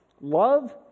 Love